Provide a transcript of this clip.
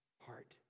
heart